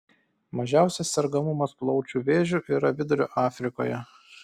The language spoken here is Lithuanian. mažiausias sergamumas plaučių vėžiu yra vidurio afrikoje